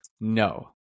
No